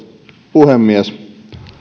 puhemies en